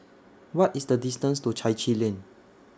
What IS The distance to Chai Chee Lane